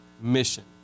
mission